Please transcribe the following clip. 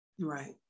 Right